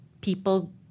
people